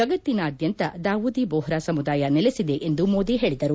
ಜಗತ್ತಿನಾದ್ಯಂತ ದಾವೂದಿ ಬೋಹ್ರಾ ಸಮುದಾಯ ನೆಲೆಸಿದೆ ಎಂದು ಮೋದಿ ಹೇಳಿದರು